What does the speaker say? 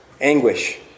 anguish